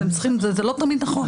זה לא תמיד נכון.